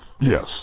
Yes